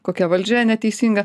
kokia valdžia neteisinga